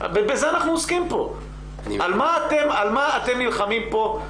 בזה אנחנו עוסקים פה, על מה אתם נלחמים פה?